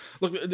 Look